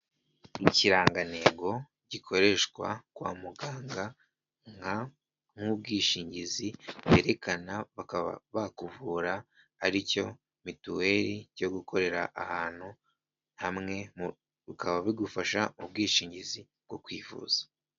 Ikirangantego gikoreshwa kwa muganga nka, nk'ubwishingizi berekana bakaba bakuvura ari cyo mituweli cyo gukorera ahantu hamwe bikaba bigufasha mu ubwishingizi bwo kwivuza.